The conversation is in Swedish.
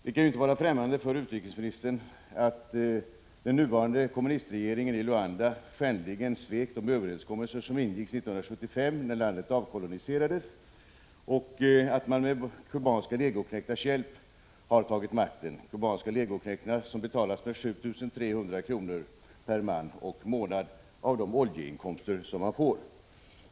Det kan inte vara främmande för utrikesministern att den nuvarande kommunistregeringen i Luanda skändligen svek de överenskommelser som ingicks 1975, när landet avkoloniserades, och att man med kubanska legoknektars hjälp har tagit makten — kubanska legoknektar som betalas med 7 300 kr. per man och månad av de oljeinkomster landet har.